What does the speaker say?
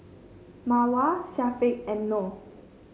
Mawar Syafiq and Noh